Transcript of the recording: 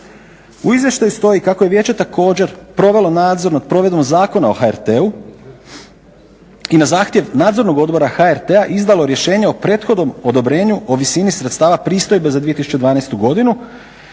U izvješću stoji kako je vijeće također provelo nadzor nad provedbom Zakona o HRT-u i na zahtjev Nadzornog odbora HRT-a izdalo rješenje o prethodnom odobrenju o visini sredstava pristojbe za 2012.godinu